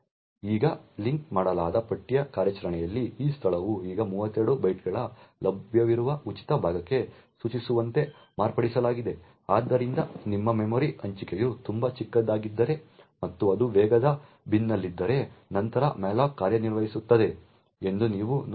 ಈಗ ಲಿಂಕ್ ಮಾಡಲಾದ ಪಟ್ಟಿಯ ಕಾರ್ಯಾಚರಣೆಯಲ್ಲಿ ಈ ಸ್ಥಳವು ಈಗ 32 ಬೈಟ್ಗಳ ಲಭ್ಯವಿರುವ ಉಚಿತ ಭಾಗಕ್ಕೆ ಸೂಚಿಸುವಂತೆ ಮಾರ್ಪಡಿಸಲಾಗಿದೆ ಆದ್ದರಿಂದ ನಿಮ್ಮ ಮೆಮೊರಿ ಹಂಚಿಕೆಯು ತುಂಬಾ ಚಿಕ್ಕದಾಗಿದ್ದರೆ ಮತ್ತು ಅದು ವೇಗದ ಬಿನ್ನಲ್ಲಿದ್ದರೆ ನಂತರ malloc ಕಾರ್ಯನಿರ್ವಹಿಸುತ್ತದೆ ಎಂದು ನೀವು ನೋಡುತ್ತೀರಿ